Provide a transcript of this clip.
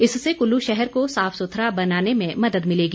इससे कुल्लू शहर को साफ सुथरा बनाने में मदद मिलेगी